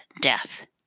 death